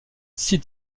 six